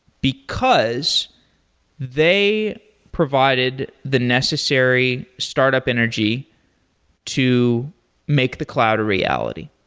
because they provided the necessary startup energy to make the cloud a reality.